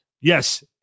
yes